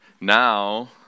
now